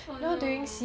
oh no